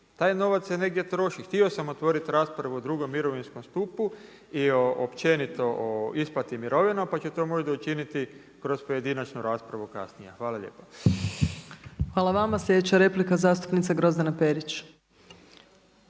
Taj novac se negdje troši. Htio sam otvoriti raspravu od drugom mirovinskom stupu i općenito o isplati mirovine, pa ću to možda učiniti kroz pojedinačnu raspravu kasnije. Hvala lijepa. **Opačić, Milanka (SDP)** Hvala vama. Sljedeća replika zastupnica Grozdana Perić.